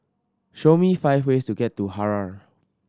show me five ways to get to Harare